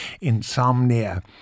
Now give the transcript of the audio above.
insomnia